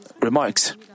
remarks